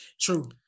true